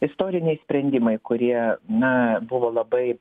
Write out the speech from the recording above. istoriniai sprendimai kurie na buvo labai